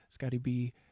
scottyb